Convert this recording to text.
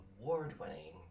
award-winning